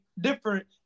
different